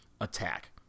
attack